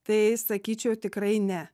tai sakyčiau tikrai ne